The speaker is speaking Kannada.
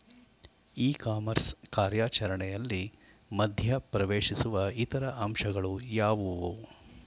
ಇ ಕಾಮರ್ಸ್ ಕಾರ್ಯಾಚರಣೆಯಲ್ಲಿ ಮಧ್ಯ ಪ್ರವೇಶಿಸುವ ಇತರ ಅಂಶಗಳು ಯಾವುವು?